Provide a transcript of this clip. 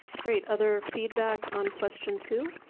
great. other feedback on question two?